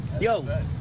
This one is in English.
yo